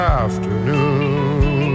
afternoon